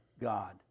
God